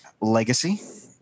legacy